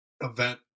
event